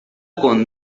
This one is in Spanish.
con